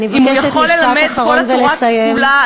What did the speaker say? אני מבקשת משפט אחרון ולסיים.